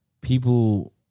People